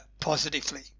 positively